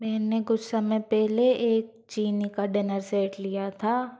मैंने कुछ समय पहले एक चीनी का डिनर सेट लिया था